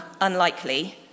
unlikely